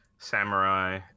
Samurai